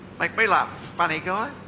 make me laugh, funny guy.